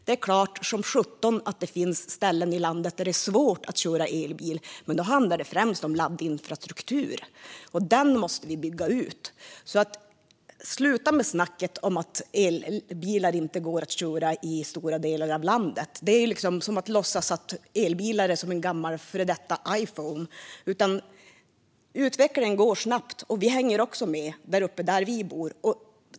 Det är klart som sjutton att det finns ställen i landet där det är svårt att köra elbil, men då handlar det främst om laddinfrastruktur. Den måste vi bygga ut. Sluta med snacket om att elbilar inte går att köra i stora delar av landet! Det är som att låtsas att elbilar är som en gammal före detta Iphone. Utvecklingen går snabbt, och vi hänger med där uppe där vi bor.